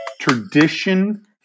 Tradition